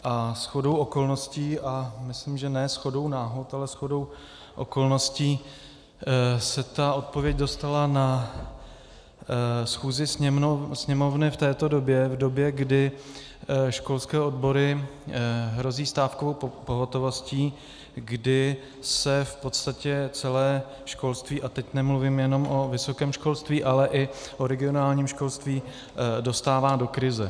A shodou okolností a myslím, že ne shodou náhod, ale shodou okolností se ta odpověď dostala na schůzi Sněmovny v této době, v době, kdy školské odbory hrozí stávkovou pohotovostí, kdy se v podstatě celé školství, a teď nemluvím jenom o vysokém školství, ale i o regionálním školství, dostává do krize.